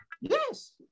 Yes